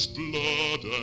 blood